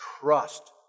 trust